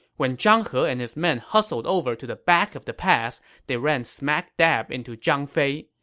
when zhang he and his men hustled over to the back of the pass, they ran smack dab into zhang fei.